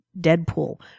Deadpool